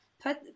Put